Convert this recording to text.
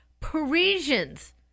Parisians